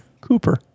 Cooper